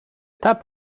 tap